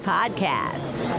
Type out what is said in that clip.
Podcast